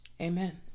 Amen